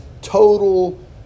total